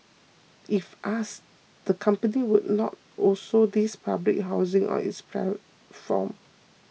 if asked the company would not also list public housing on its platform